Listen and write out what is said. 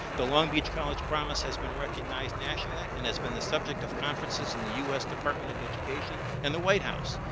the long beach college promise has been recognized nationally and has been the subject of conferences in us department of education and the white house.